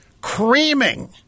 creaming